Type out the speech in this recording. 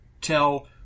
tell